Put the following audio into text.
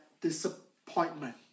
disappointment